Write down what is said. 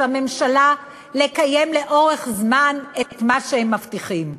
הממשלה לקיים לאורך זמן את מה שהם מבטיחים.